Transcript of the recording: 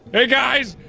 hey guys!